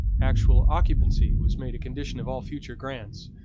actual occupancy was made a condition of all future grants.